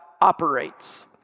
operates